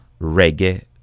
reggae